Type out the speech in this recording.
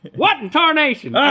what in tarnation!